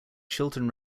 chiltern